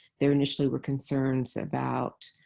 there initially were concerns about